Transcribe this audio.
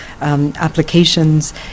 applications